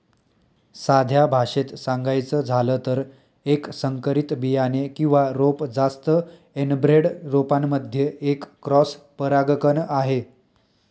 साध्या भाषेत सांगायचं झालं तर, एक संकरित बियाणे किंवा रोप जास्त एनब्रेड रोपांमध्ये एक क्रॉस परागकण आहे